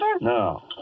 No